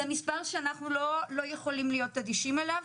מסר שאנחנו לא יכולים להיות אדישים אליו.